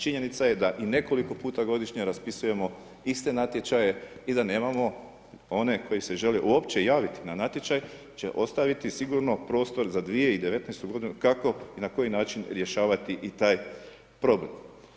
Činjenica je da i nekoliko puta godišnje raspisujemo iste natječaje i da nemamo one koji se žele uopće javiti na natječaj će ostaviti sigurno prostor za 2019. godinu kako i na koji način rješavati i taj problem.